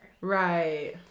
Right